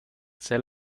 sell